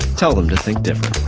tell them to think differently.